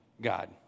God